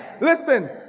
Listen